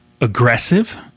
aggressive